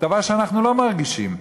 דבר שאנחנו לא מרגישים,